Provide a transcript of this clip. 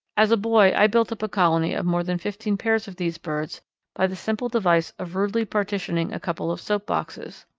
as a boy i built up a colony of more than fifteen pairs of these birds by the simple device of rudely partitioning a couple of soap boxes.